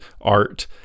art